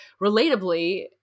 relatably